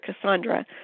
Cassandra